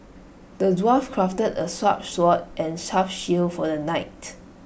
the dwarf crafted A sharp sword and tough shield for the knight